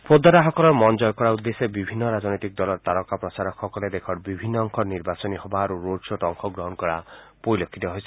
ভোটদাতাসকলৰ মন জয় কৰাৰ উদ্দেশ্যে বিভিন্ন ৰাজনৈতিক দলৰ তাৰকা প্ৰচাৰকসকলে দেশৰ বিভিন্ন অংশৰ নিৰ্বাচনী সভা আৰু ৰোড শ্বত অংশগ্ৰহণ কৰা পৰিলক্ষিত হৈছে